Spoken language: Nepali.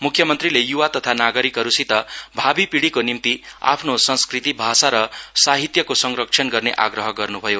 मुख्यमन्त्रीले युवा तथा नागरिकहरुसित भावि पीढ़ीको निम्ति आफ्नो संस्कृति भाषा र सहित्यको संरक्षण गर्ने आग्रह गर्नु भयो